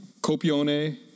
Copione